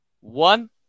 one